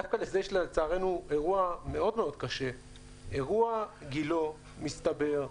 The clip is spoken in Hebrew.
לצערנו, אירוע מאוד קשה, אירוע גילה, מסתבר,